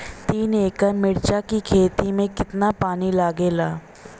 तीन एकड़ मिर्च की खेती में कितना पानी लागेला?